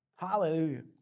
Hallelujah